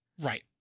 Right